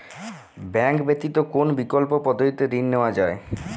Bank ব্যতিত কোন বিকল্প পদ্ধতিতে ঋণ নেওয়া যায়?